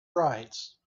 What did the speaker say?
rights